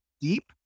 deep